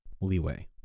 leeway